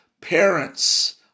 parents